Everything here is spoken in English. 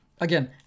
Again